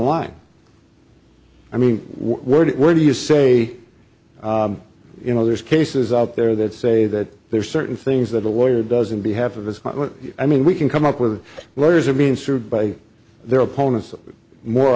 line i mean word it would you say you know there's cases out there that say that there are certain things that a lawyer doesn't behalf of his i mean we can come up with lawyers are being sued by their opponents more